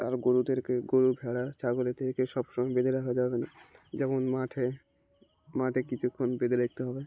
আর গরুদেরকে গরু ভেড়া ছাগলকে সব সময় বেঁধে রাখা যাবে না যেমন মাঠে মাঠে কিছুক্ষণ বেঁধে রাখতে হবে